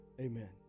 amen